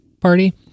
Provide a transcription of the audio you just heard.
party